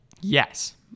yes